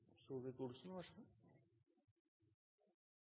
Hjemdal, vær så god.